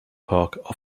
park